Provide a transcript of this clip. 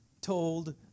told